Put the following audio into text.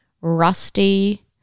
rusty